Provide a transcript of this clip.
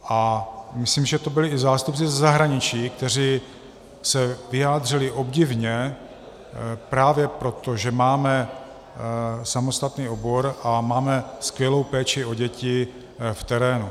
A myslím, že to byli i zástupci ze zahraničí, kteří se vyjádřili obdivně právě proto, že máme samostatný obor a máme skvělou péči o děti v terénu.